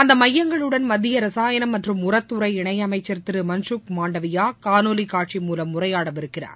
அந்த மையங்களுடன் மத்திய ரசாயணம் மற்றும் உரத்துறை இணையமைச்சர் திரு மன்சுக் மாண்டவியா காணொலி காட்சி மூலம் உரையாடவிருக்கிறார்